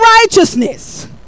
righteousness